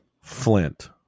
Flint